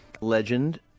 legend